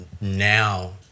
Now